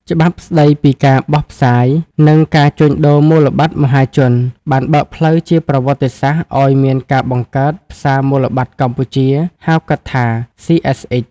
ច្បាប់ស្ដីពីការបោះផ្សាយ និងការជួញដូរមូលបត្រមហាជន បានបើកផ្លូវជាប្រវត្តិសាស្ត្រឱ្យមានការបង្កើត "ផ្សារមូលបត្រកម្ពុជា" (ហៅកាត់ថា CSX)។